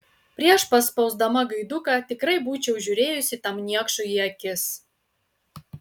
prieš paspausdama gaiduką tikrai būčiau žiūrėjusi tam niekšui į akis